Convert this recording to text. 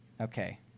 okay